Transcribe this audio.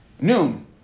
noon